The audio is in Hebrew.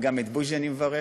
וגם את בוז'י אני מברך,